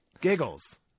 Giggles